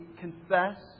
confess